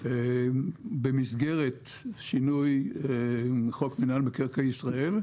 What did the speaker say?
במסגרת שינוי חוק מינהל מקרקעי ישראל,